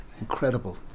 Incredible